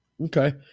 okay